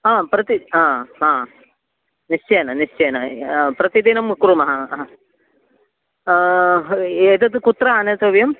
हा प्रति हा हा निश्चयेन निश्चयेन प्रतिदिनं कुर्मः एतद् कुत्र आनेतव्यम्